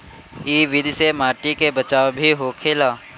इ विधि से माटी के बचाव भी होखेला